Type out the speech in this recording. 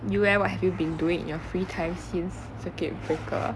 you eh what have you been doing in your free time since circuit breaker